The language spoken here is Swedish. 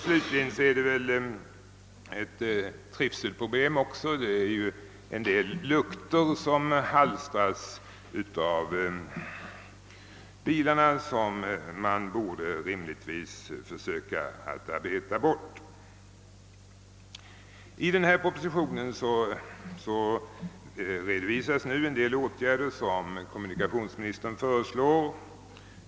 Slutligen är det också ett trivselproblem. Det är ju lukter som alstras av bilarna och som man rimligtvis borde försöka göra något för att eliminera. I propositionen föreslår kommunikationsministern en del åtgärder.